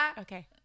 okay